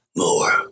more